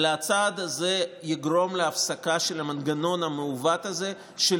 אלא הצעד הזה יגרום להפסקה של המנגנון המעוות הזה של